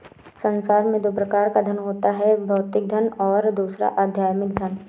संसार में दो प्रकार का धन होता है भौतिक धन और दूसरा आध्यात्मिक धन